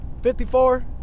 54